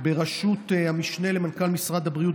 בראשות המשנה למנכ"ל משרד הבריאות,